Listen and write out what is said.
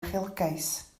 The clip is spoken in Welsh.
uchelgais